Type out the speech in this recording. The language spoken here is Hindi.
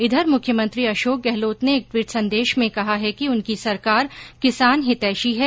इधर मुख्यमंत्री अशोक गहलोत ने एक ट्विट संदेश में कहा है कि उनकी सरकार किसान हितैषी है